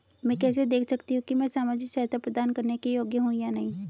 मैं कैसे देख सकती हूँ कि मैं सामाजिक सहायता प्राप्त करने के योग्य हूँ या नहीं?